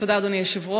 תודה, אדוני היושב-ראש.